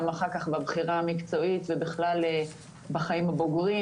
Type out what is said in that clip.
אחר כך בבחירה המקצועית ובכלל בחיים הבוגרים,